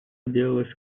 делалось